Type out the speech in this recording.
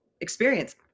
experience